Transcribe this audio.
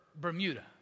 Bermuda